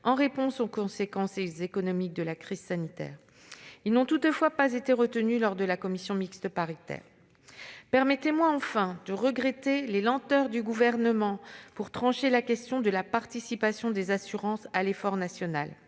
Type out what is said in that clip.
en réponse aux conséquences économiques de la crise sanitaire. Ils n'ont toutefois pas été retenus lors de la commission mixte paritaire. Je déplore les lenteurs du Gouvernement pour trancher la question de la participation des assurances à l'effort national